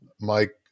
Mike